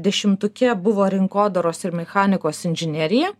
dešimtuke buvo rinkodaros ir mechanikos inžinerija